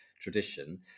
tradition